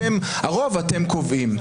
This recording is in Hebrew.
אתם הרוב, אתם קובעים.